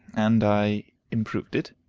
and i improved it.